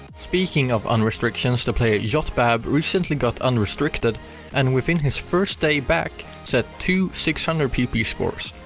speaking of un-restrictions, the player jot bab recently got unrestricted and within his first day back set two six hundred pp scores.